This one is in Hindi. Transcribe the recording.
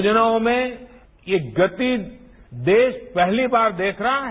योजनाओं में ये गति देश पहली बार देख रहा है